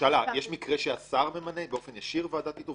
הממשלה יש מקרה שהשר ממנה באופן ישיר ועדת איתור,